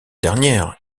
dernière